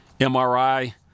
MRI